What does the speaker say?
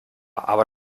aber